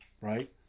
right